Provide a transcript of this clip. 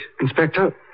Inspector